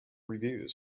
reviews